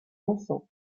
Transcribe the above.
enfants